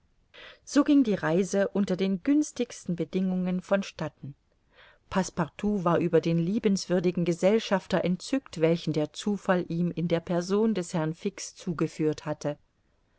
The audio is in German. so ging die reise unter den günstigsten bedingungen von statten passepartout war über den liebenswürdigen gesellschafter entzückt welchen der zufall ihm in der person des herrn fix zugeführt hatte